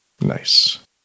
Nice